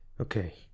Okay